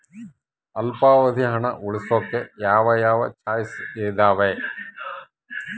ಅಲ್ಪಾವಧಿ ಹಣ ಉಳಿಸೋಕೆ ಯಾವ ಯಾವ ಚಾಯ್ಸ್ ಇದಾವ?